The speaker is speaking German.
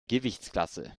gewichtsklasse